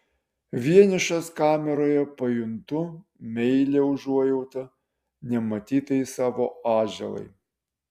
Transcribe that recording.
vienišas kameroje pajuntu meilią užuojautą nematytai savo atžalai